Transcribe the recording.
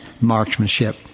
marksmanship